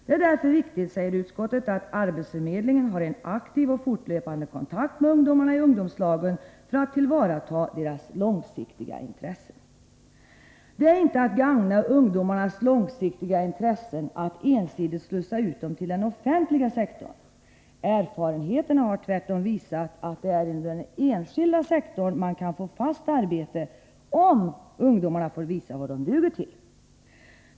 Det är därför viktigt att arbetsförmedlingen har en aktiv och fortlöpande kontakt med ungdomarna i ungdomslagen för att tillvarata deras långsiktiga intressen.” Det är inte att gagna ungdomarnas långsiktiga intressen att ensidigt slussa ut dem till den offentliga sektorn. Erfarenheten har tvärtom visat att det är inom den enskilda sektorn ungdomarna kan få fast arbete — om de får visa vad de duger till.